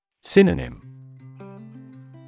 Synonym